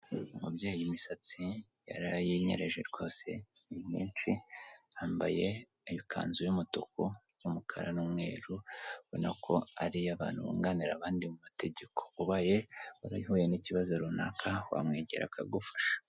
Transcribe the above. Umubyeyi imisatsi yarayinyereje rwose, ni myinshi, yambaye ikanzu y'umutuku n'umukara n'umweru, ubona ko ari iy'abantu bunganira abandi mu mategeko. Ubaye warahuye n'ikibazo runaka wamwegera akagufasha.